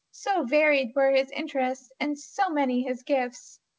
so varied were his interests and so many his gifts.